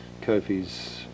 Kofi's